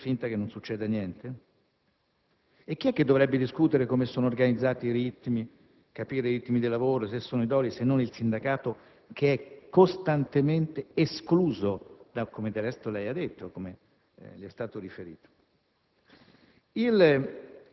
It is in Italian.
o fa finta che non succeda niente? E chi è che dovrebbe discutere come sono organizzati i ritmi di lavoro, verificarne l'idoneità, se non il sindacato, che è costantemente escluso, come del resto lei ha detto e come le è stato riferito?